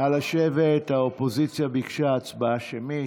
נא לשבת, האופוזיציה ביקשה הצבעה שמית.